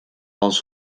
als